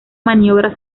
maniobra